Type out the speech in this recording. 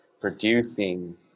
producing